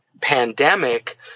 pandemic